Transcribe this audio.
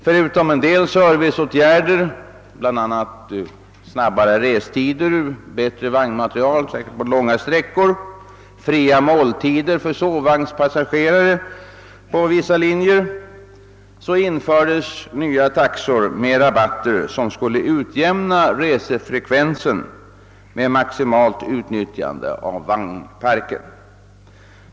Förutom en del serviceåtgärder — bl.a. kortare restider, bättre vagnmateriel, särskilt på långa sträckor, fria måltider för sovvagnspassagerare på vissa linjer — infördes nya taxor med rabatter som skulle utjämna resefrekvensen med maximalt utnyttjande av vagnparken som följd.